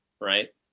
right